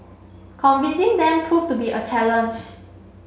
convincing them proved to be a challenge